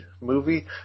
movie